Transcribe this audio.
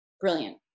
brilliant